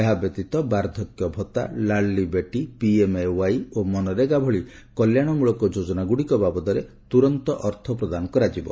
ଏହାବ୍ୟତୀତ ବାର୍ଦ୍ଧକ୍ୟଭତ୍ତା ଲାଡ୍ଲୀ ବେଟୀ ପିଏମ୍ଏୱାଇ ଓ ମନରେଗା ଭଳି କଲ୍ୟାଣମୂଳକ ଯୋଜନାଗୁଡିକ ବାବଦରେ ତୁରନ୍ତ ଅର୍ଥ ପ୍ରଦାନ କରାଯିବ